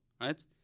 right